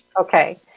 Okay